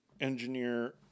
engineer